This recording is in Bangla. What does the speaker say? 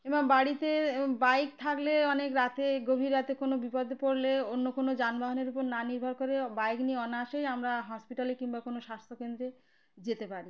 এবং বাড়িতে বাইক থাকলে অনেক রাতে গভীর রাতে কোনো বিপদে পড়লে অন্য কোনো যানবাহনের উপর না নির্ভর করে বাইক নিয়ে অনায়াসেই আমরা হসপিটালে কিংবা কোনো স্বাস্থ্যকেন্দ্রে যেতে পারি